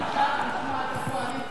עכשיו נשמע את הקואליציה.